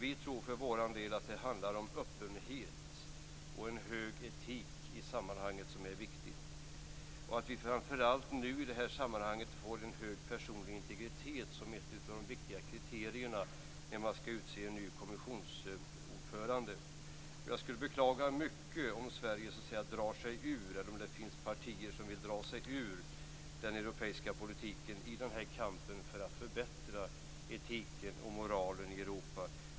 Vi tror för vår del att det handlar om att öppenhet och en hög etik i sammanhanget är viktigt och att vi framför allt nu får en hög personlig integritet som ett av de viktiga kriterierna när man skall utse en ny kommissionsordförande. Jag skulle beklaga mycket om Sverige så att säga drar sig ur, eller om det finns partier som vill dra sig ur, den europeiska politiken i denna kamp för att förbättra etiken och moralen i Europa.